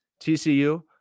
TCU